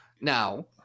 Now